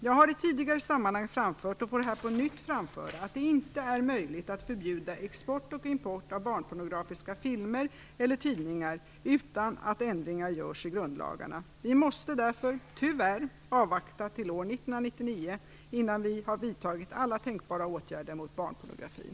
Jag har i tidigare sammanhang framfört och får här på nytt framföra att det inte är möjligt att förbjuda export och import av barnpornografiska filmer eller tidningar utan att ändringar görs i grundlagarna. Vi måste därför tyvärr avvakta till år 1999 innan vi har vidtagit alla tänkbara åtgärder mot barnpornografin.